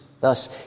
Thus